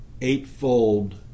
eightfold